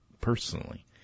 personally